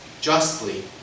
justly